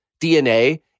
DNA